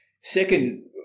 second